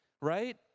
right